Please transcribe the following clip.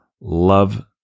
love